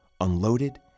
unloaded